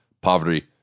poverty